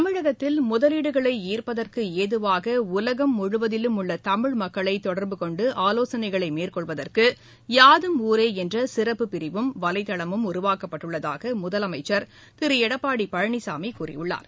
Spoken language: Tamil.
தமிழகத்தில் முதலீடுகளைஈர்ப்பதற்குஏதுவாகஉலகம் முழுவதிலும் உள்ளதமிழ் மக்களைதொடர்பு கொண்டுஆலோசனைகளைமேற்கொள்வதற்கு யாதும் பிரிவும் வலைளமும் உருவாக்கப்பட்டுள்ளதாகமுதலமைச்சர் திருளடப்பாடிபழனிசாமிகூறியுள்ளார்